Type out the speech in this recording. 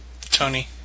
Tony